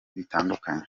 bitandukanye